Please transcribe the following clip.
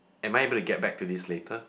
am I able to get back to this later